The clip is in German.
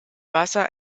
wasser